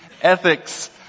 ethics